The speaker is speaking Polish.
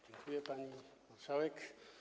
Dziękuję, pani marszałek.